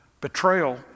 betrayal